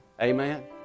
Amen